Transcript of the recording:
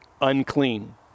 unclean